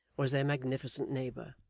was their magnificent neighbour.